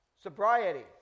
sobriety